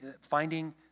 finding